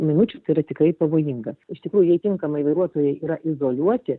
minučių tai yra tikrai pavojingas iš tikrųjų jei tinkamai vairuotojai yra izoliuoti